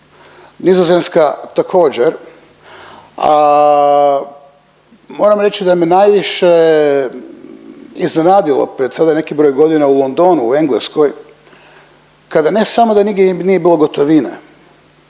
Nizozemska također, a moram reći da me najviše iznenadilo pred sad neki broj godina u Londonu u Engleskoj kada ne samo da nigdje nije bilo gotovine